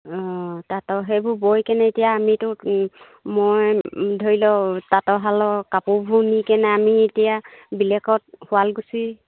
অঁ তাঁতৰ সেইবোৰ বৈ কেনে এতিয়া আমিতো মই ধৰি লওঁ তাঁতৰ শালৰ কাপোৰবোৰ নিকেনে আমি এতিয়া বেলেগত শুৱালকুছি